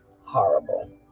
horrible